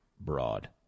broad